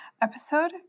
episode